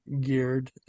geared